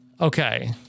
Okay